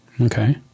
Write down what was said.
Okay